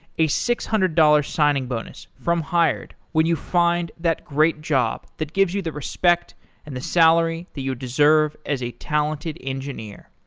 a six hundred dollars signing bonus from hired when you find that great job that gives you the respect and the salary that you deserve as a talented engineer.